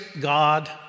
God